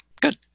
Good